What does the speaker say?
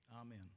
Amen